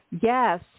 yes